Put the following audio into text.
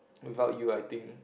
without you I think